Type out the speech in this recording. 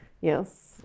yes